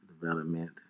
development